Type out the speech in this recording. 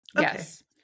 Yes